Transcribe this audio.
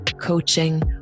coaching